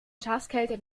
schafskälte